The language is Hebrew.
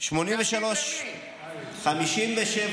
בוא נמשיך.